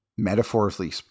Metaphorically